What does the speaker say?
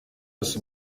bose